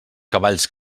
cavalls